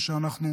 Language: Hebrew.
ושאנחנו